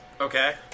Okay